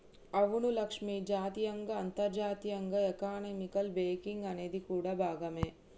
అవును లక్ష్మి జాతీయంగా అంతర్జాతీయంగా ఎకానమీలో బేంకింగ్ అనేది కూడా ఓ భాగమే